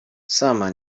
sama